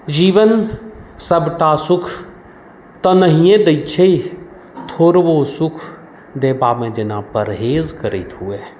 जीवन सभटा सुख तऽ नहिये दै छै थोड़बो सुख देबामे जेना परहेज करैत हुए